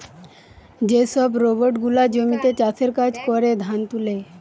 যে সব রোবট গুলা জমিতে চাষের কাজ করে, ধান তুলে